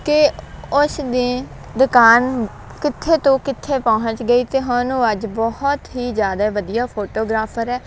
ਕਿ ਉਸਦੇ ਦੁਕਾਨ ਕਿੱਥੇ ਤੋਂ ਕਿੱਥੇ ਪਹੁੰਚ ਗਈ ਅਤੇ ਹੁਣ ਉਹ ਅੱਜ ਬਹੁਤ ਹੀ ਜ਼ਿਆਦਾ ਵਧੀਆ ਫੋਟੋਗ੍ਰਾਫਰ ਹੈ